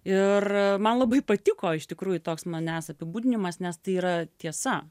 ir man labai patiko iš tikrųjų toks manęs apibūdinimas nes tai yra tiesa